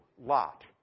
Lot